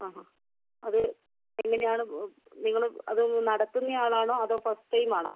അ അ അത് എങ്ങനെയാണ് നിങ്ങൾ അത് നടത്തുന്നയാളാണോ അതോ ഫസ്റ്റ് ടൈം ആണോ